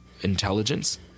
intelligence